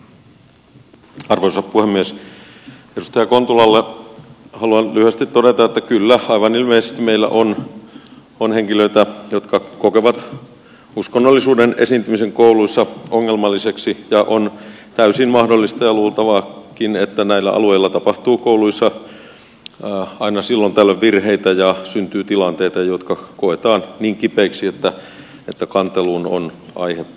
edustaja kontulalle haluan lyhyesti todeta että kyllä aivan ilmeisesti meillä on henkilöitä jotka kokevat uskonnollisuuden esiintymisen kouluissa ongelmalliseksi ja on täysin mahdollista ja luultavaakin että näillä alueilla tapahtuu kouluissa aina silloin tällöin virheitä ja syntyy tilanteita jotka koetaan niin kipeiksi että kanteluun on aihetta